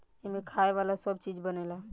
एमें खाए वाला सब चीज बनेला